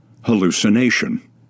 hallucination